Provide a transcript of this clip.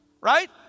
right